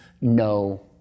no